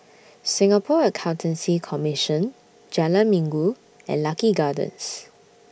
Singapore Accountancy Commission Jalan Minggu and Lucky Gardens